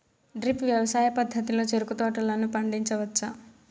drip వ్యవసాయ పద్ధతిలో చెరుకు తోటలను పండించవచ్చా